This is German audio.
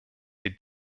die